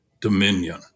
dominion